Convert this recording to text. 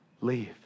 leave